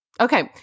Okay